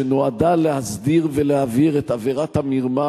שנועדה להסדיר ולהבהיר את עבירת המרמה,